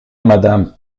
madame